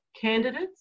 Candidates